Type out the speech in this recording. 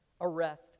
arrest